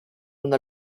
una